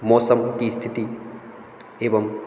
मौसम की स्थिति एवं